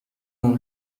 اون